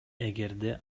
эгерде